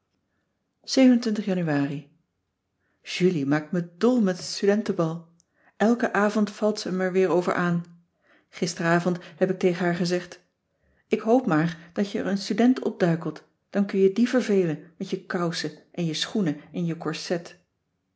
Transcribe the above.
januari julie maakt me dol met het studentenbal elken avond valt ze me er weer over aan gisteravond heb ik tegen haar gezegd ik hoop maar dat je er een student opduikelt dan kun je die vervelen met je kousen en je schoenen en je corset